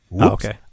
okay